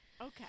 Okay